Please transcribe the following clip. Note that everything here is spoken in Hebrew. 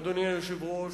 אדוני היושב-ראש,